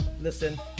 listen